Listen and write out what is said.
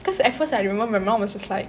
cause at first I remember my mum was just like